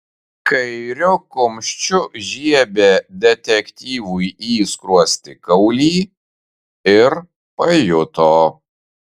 kairiu kumščiu žiebė detektyvui į skruostikaulį ir pajuto